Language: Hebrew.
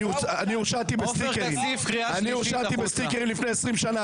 אני הורשעתי בסטיקרים לפני 20 שנה,